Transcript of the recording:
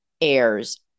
heirs